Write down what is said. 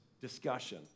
discussion